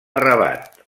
rabat